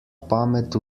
pamet